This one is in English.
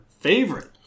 favorite